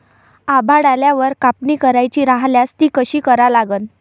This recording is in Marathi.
आभाळ आल्यावर कापनी करायची राह्यल्यास ती कशी करा लागन?